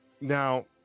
now